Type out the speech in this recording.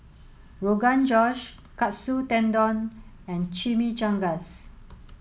Rogan Josh Katsu Tendon and Chimichangas